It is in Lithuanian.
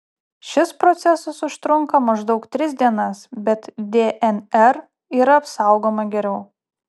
šis procesas užtrunka maždaug tris dienas bet dnr yra apsaugoma geriau